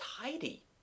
tidy